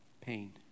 pain